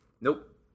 Nope